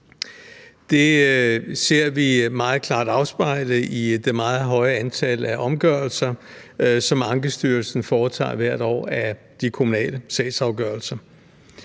Det ser vi meget klart afspejlet i det meget høje antal af omgørelser, som Ankestyrelsen foretager hvert år af de kommunale sagsafgørelser.